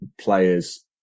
players